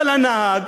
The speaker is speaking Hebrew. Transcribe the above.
אבל הנהג